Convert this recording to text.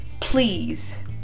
please